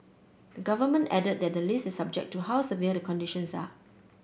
the government added that the list is subject to how severe the conditions are